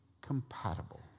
compatible